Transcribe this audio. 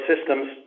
systems